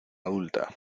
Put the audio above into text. adulta